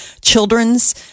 children's